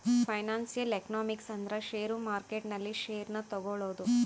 financial economics ಅಂದ್ರ share market ನಲ್ಲಿ share ನ ತಗೋಳೋದು